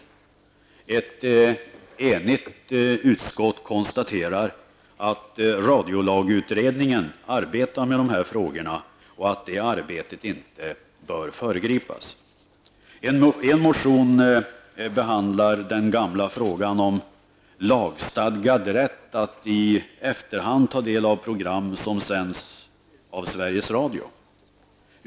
Ett enigt utskott konstaterar att radiolagsutredningen arbetar med dessa frågor och att det arbetet inte bör föregripas. En motion behandlar den gamla frågan om lagstadgad rätt att i efterhand ta del av program som sänts av Sveriges Radio.